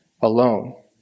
alone